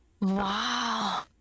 wow